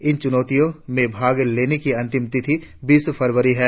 इस चुनौती में भाग लेने की अंतिम तिथि बीस फरवरी है